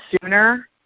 sooner